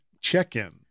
check-in